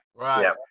right